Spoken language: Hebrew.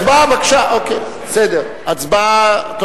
הצבעה, בסדר, בבקשה.